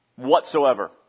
Whatsoever